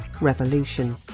revolution